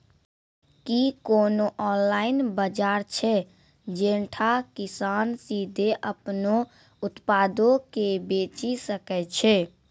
कि कोनो ऑनलाइन बजार छै जैठां किसान सीधे अपनो उत्पादो के बेची सकै छै?